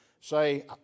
say